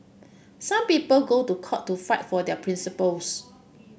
some people go to court to fight for their principles